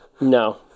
No